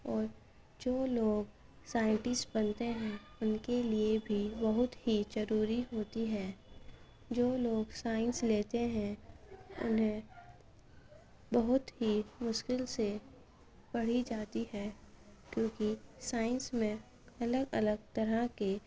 اور جو لوگ سائنٹسٹ بنتے ہیں ان کے لیے بھی بہت ہی جروری ہوتی ہے جو لوگ سائنس لیتے ہیں انہیں بہت ہی مشکل سے پڑھی جاتی ہے کیونکہ سائنس میں الگ الگ طرح کے